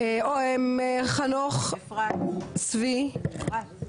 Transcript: חנוך צבי --- אפרת,